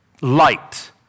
light